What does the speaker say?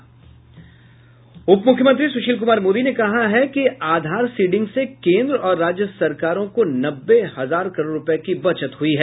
उप मुख्यमंत्री सुशील कुमार मोदी ने कहा कि आधार सिडिंग से केन्द्र और राज्य सरकारों को नब्बे हजार करोड़ रुपये की बचत हुई है